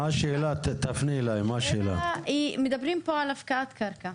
מדברים פה על הפקעת קרקע.